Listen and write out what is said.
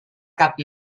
cap